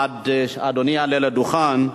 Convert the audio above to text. אדוני יעלה לדוכן.